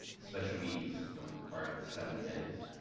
special meetings don't require the seven days.